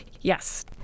Yes